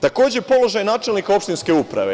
Takođe, položaj načelnika opštinske uprave.